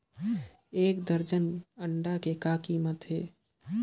एक दर्जन अंडा के कौन कीमत हे?